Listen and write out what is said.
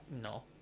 No